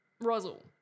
Rosal